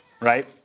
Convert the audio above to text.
Right